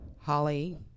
Holly